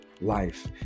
life